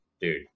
dude